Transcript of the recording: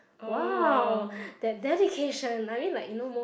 !wow! that dedication I mean like you know most